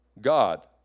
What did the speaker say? God